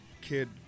kid